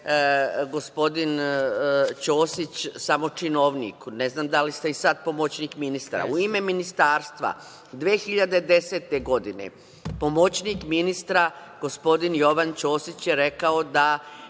Ćosić samo činovnik. Ne znam da li ste i sad pomoćnik ministra, u ime ministarstva 2010. godine, pomoćnik ministra gospodin Jovan Ćosić je rekao da